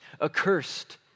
Accursed